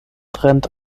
trennt